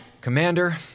commander